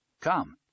Come